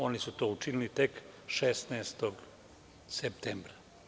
Oni su to učinili tek 16. septembra.